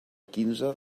quinze